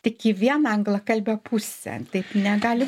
tik į vieną anglakalbę pusę taip negali